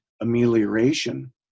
amelioration